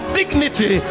dignity